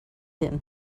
him